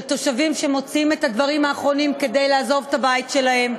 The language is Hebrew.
תושבים שמוציאים את הדברים האחרונים כדי לעזוב את הבית שלהם.